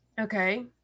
Okay